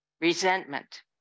resentment